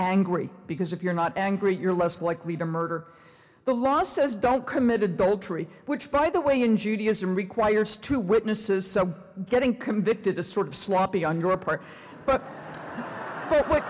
angry because if you're not angry you're less likely to murder the law says don't commit adultery which by the way in judaism requires two witnesses getting convicted a sort of sloppy on your part but